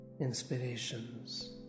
inspirations